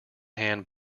hand